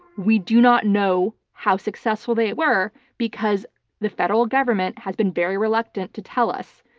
we do not know how successful they were because the federal government has been very reluctant to tell us.